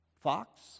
Fox